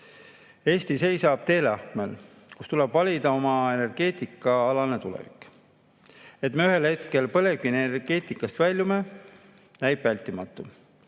Eesti seisab teelahkmel, kus tuleb valida oma energeetikaalane tulevik. Et me ühel hetkel põlevkivienergeetikast väljume, näib vältimatu.